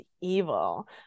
evil